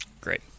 Great